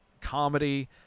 comedy